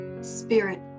Spirit